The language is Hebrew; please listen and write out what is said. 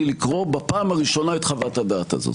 לקרוא בפעם הראשונה את חוות-הדעת הזאת?